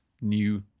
new